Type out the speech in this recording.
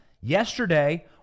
yesterday